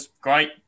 great